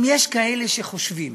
אם יש כאלה שחושבים